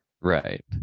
Right